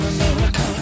America